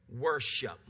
worship